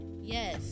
Yes